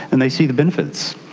and they see the benefits.